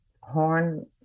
horn